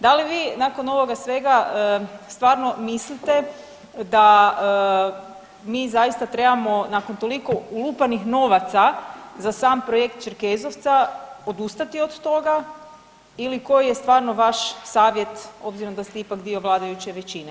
Da li vi nakon ovoga svega stvarno mislite da mi zaista trebamo nakon toliko ulupanih novaca za sam projekt Čerkezovca odustati od toga, ili koji je stvarno vaš savjet s obzirom da ste ipak dio vladajuće većine?